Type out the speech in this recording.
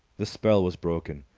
the spell was broken.